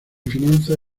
finanzas